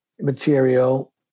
material